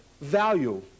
value